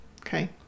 okay